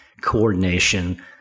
coordination